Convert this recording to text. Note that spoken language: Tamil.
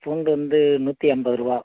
பூண்டு வந்து நூற்றி எண்பது ரூபா